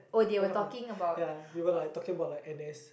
one of my yeah we were like talking about like N_S